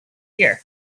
year